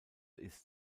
ist